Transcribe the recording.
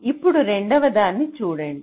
ఇప్పుడు రెండవదాన్ని చూడండి